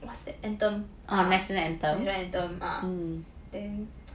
what's the anthem national anthem ah then